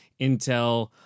Intel